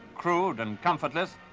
crude and comfortless.